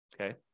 Okay